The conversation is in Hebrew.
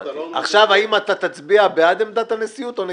האם אתה תצביע בעד עמדת הנשיאות או נגדה?